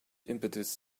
impetus